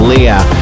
Leah